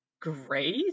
great